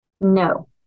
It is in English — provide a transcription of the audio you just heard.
No